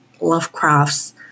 Lovecraft's